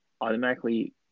automatically